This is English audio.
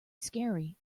scary